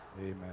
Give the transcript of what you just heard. Amen